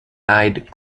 eyed